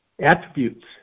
attributes